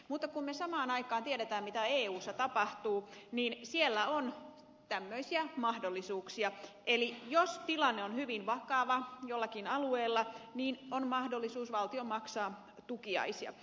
mutta kun me samaan aikaan tiedämme mitä eussa tapahtuu niin siellä on tämmöisiä mahdollisuuksia eli jos tilanne on hyvin vakava jollakin alueella niin on mahdollisuus valtion maksaa tukiaisia